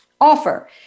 offer